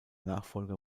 nachfolger